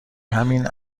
همین